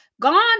Gone